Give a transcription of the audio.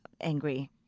angry